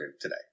today